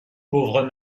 pauvres